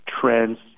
trends